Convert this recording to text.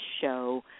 show